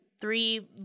three